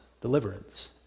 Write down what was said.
deliverance